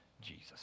Jesus